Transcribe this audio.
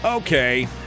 Okay